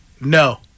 No